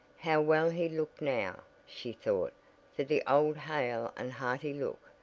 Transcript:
how well he looked now, she thought, for the old hale and hearty look,